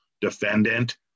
defendant